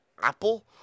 Apple